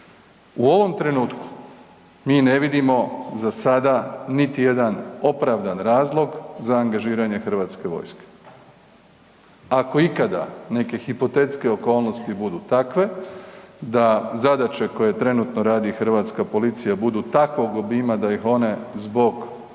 U ovom trenutku mi ne vidimo za sada niti jedan opravdani razlog za angažiranje Hrvatske vojske. Ako ikada neke hipotetske okolnosti budu takve da zadaće koje trenutno radi hrvatska policija budu takvog obima da ih one zbog broja